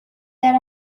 that